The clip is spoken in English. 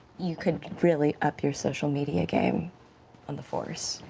you could really up your social media game on the force.